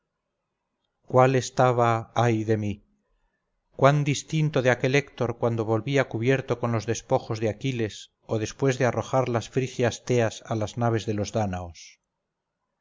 cuál estaba ay de mí cuán distinto de aquel héctor cuando volvía cubierto con los despojos de aquiles o después de arrojar las frigias teas a las naves de los dánaos